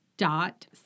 Dot